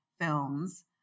films